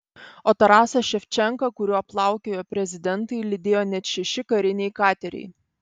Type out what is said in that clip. o tarasą ševčenką kuriuo plaukiojo prezidentai lydėjo net šeši kariniai kateriai